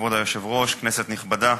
כבוד היושב-ראש, כנסת נכבדה,